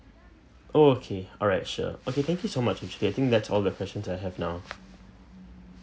oh okay alright sure okay thank you so much I think that's all the questions that I have now